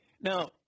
Now